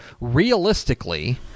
realistically